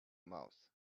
mouth